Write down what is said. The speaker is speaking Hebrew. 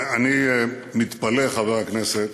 אני מתפלא, חבר הכנסת,